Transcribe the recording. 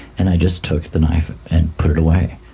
and i just took the knife and put it away.